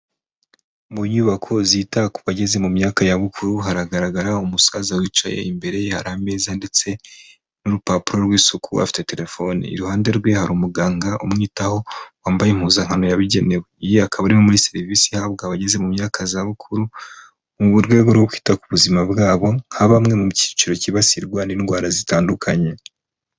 Mu nyubako zita ku bageze mu myaka ya bukuru haragaragara umusaza wicaye imbere ye hari ameza ndetse n'urupapuro rw'isuku afite telefone, iruhande rwe hari umuganga umwitaho wambaye impuzankano yabigenewe. Iyi akaba ari imwe muri serivisi ihabwa abageze mu myaka y'izabukuru, mu buryo bwo kwita ku buzima bwabo nka bamwe mu cyiciro cyibasirwa n'indwara zitandukanye.